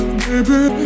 baby